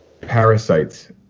parasites